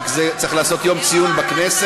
רק על זה צריך לעשות יום ציון בכנסת,